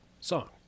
song